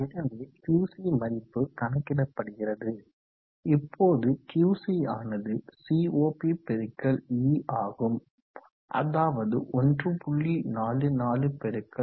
எனவே Qc மதிப்பு கணக்கிடப்படுகிறது இப்போது Qc ஆனது CoP×E ஆகும் அதாவது 1